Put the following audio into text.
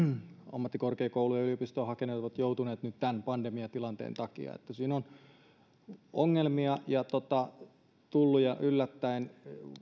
ammattikorkeakouluun ja yliopistoon hakeneet ovat joutuneet nyt tämän pandemiatilanteen takia ongelmia on tullut ja yllättäen